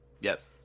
Yes